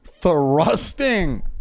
thrusting